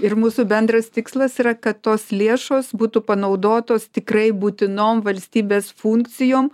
ir mūsų bendras tikslas yra kad tos lėšos būtų panaudotos tikrai būtinom valstybės funkcijom